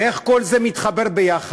ואיך כל זה מתחבר ביחד?